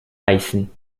beißen